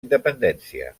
independència